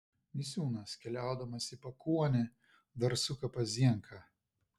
misiūnas keliaudamas į pakuonį dar suka pas zienką